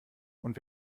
und